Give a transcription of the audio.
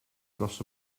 dros